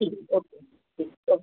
ठीक है okay ma'am ठीक है ओके